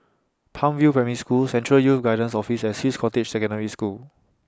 Palm View Primary School Central Youth Guidance Office and Swiss Cottage Secondary School